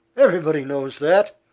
everybody knows that.